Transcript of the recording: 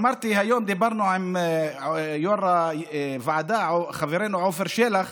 היום דיברנו עם יו"ר הוועדה, חברנו עופר שלח,